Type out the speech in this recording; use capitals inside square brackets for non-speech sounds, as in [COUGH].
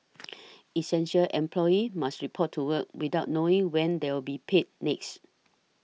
[NOISE] essential employees must report to work without knowing when they'll be paid next